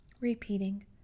Repeating